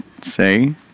say